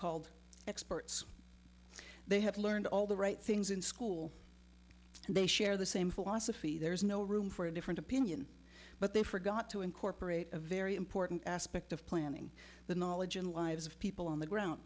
called experts they have learned all the right things in school and they share the same philosophy there is no room for a different opinion but they forgot to incorporate a very important aspect of planning the knowledge and lives of people on the ground